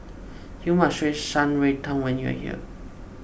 you must Shan Rui Tang when you are here